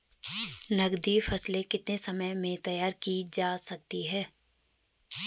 नगदी फसल कितने समय में तैयार की जा सकती है?